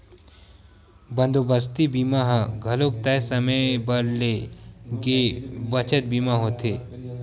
बंदोबस्ती बीमा ह घलोक तय समे बर ले गे बचत बीमा होथे